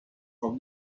from